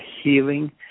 healing